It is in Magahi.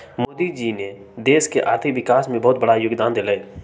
मोदी जी ने देश के आर्थिक विकास में बहुत बड़ा योगदान देलय